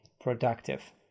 productive